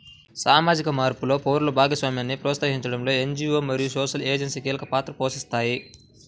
సామాజిక మార్పులో పౌరుల భాగస్వామ్యాన్ని ప్రోత్సహించడంలో ఎన్.జీ.వో మరియు సోషల్ ఏజెన్సీలు కీలక పాత్ర పోషిస్తాయి